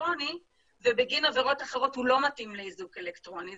אלקטרוני ובגין עבירות אחרות הוא לא מתאים לאיזוק אלקטרוני.